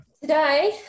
Today